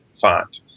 font